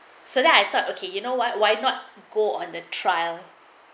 so then I thought okay you know why why not go on the trial